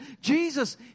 Jesus